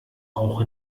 auch